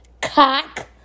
cock